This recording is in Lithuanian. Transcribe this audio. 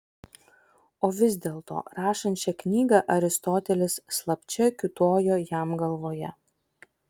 o vis dėlto rašant šią knygą aristotelis slapčia kiūtojo jam galvoje